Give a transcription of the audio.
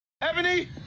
Ebony